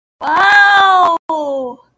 Wow